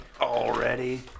Already